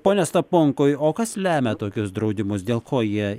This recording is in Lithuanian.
pone staponkai o kas lemia tokius draudimus dėl ko jie